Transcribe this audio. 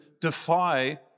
defy